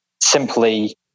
simply